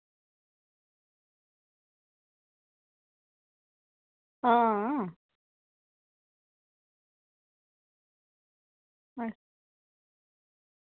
हां हां